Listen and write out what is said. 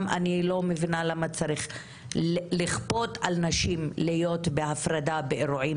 גם אני לא מבינה למה צריך לכפות על נשים להיות בהפרדה באירועים